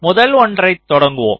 முதல் ஒன்றைத் தொடங்குவோம்